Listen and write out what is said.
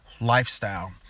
lifestyle